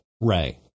Ray